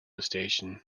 station